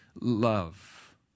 love